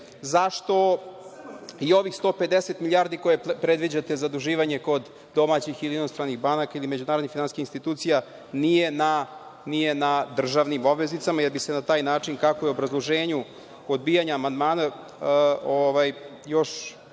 zašto je ovih 150 milijardi koje predviđate zaduživanje kod domaćih ili inostranih banaka ili međunarodnih finansijskih institucija, nije na državnim obveznicama, jer bi se na taj način kako je u obrazloženju odbijanja amandmana, još